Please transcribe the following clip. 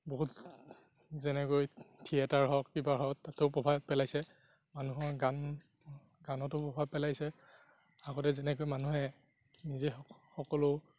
বহুত যেনেকৈ থিয়েটাৰ হওক কিবা হওক তাতেও প্ৰভাৱ পেলাইছে মানুহৰ গান গানতো প্ৰভাৱ পেলাইছে আগতে যেনেকৈ মানুহে নিজে সকলো